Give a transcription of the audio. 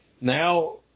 Now